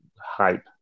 hype